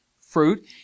fruit